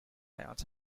ions